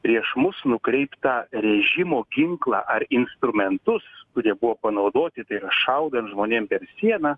prieš mus nukreiptą režimo ginklą ar instrumentus kurie buvo panaudoti tai yra šaudant žmonėm per sieną